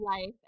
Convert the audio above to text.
life